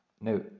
Now